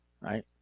Right